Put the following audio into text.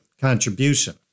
contribution